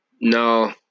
no